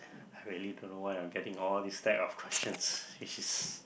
I really don't know why I'm getting all this type of questions which is